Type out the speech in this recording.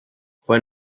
fue